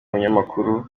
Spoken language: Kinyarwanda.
umunyakuri